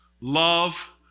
Love